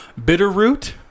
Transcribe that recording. Bitterroot